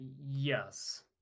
yes